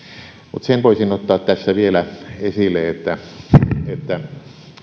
mutta sen voisin ottaa tässä vielä esille että että